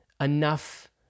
enough